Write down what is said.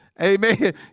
Amen